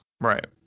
Right